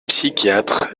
psychiatres